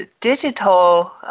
digital